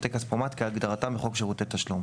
ו"שירותי כספומט" כהגדרתם בחוק שירותי תשלום,